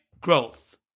growth